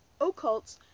occults